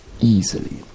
easily